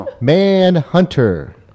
Manhunter